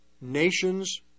nations